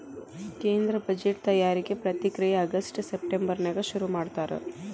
ಕೇಂದ್ರ ಬಜೆಟ್ ತಯಾರಿಕೆ ಪ್ರಕ್ರಿಯೆ ಆಗಸ್ಟ್ ಸೆಪ್ಟೆಂಬರ್ನ್ಯಾಗ ಶುರುಮಾಡ್ತಾರ